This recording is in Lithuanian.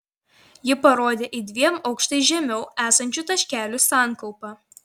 ji parodė į dviem aukštais žemiau esančių taškelių sankaupą